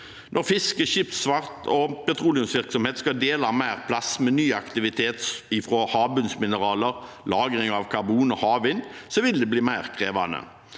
Når fiske, skipsfart og petroleumsvirksomhet skal dele mer plass med ny aktivitet fra havbunnsmineraler, lagring av karbon og havvind, vil det bli mer krevende.